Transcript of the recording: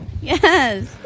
Yes